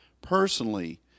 personally